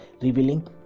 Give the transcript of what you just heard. revealing